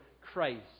Christ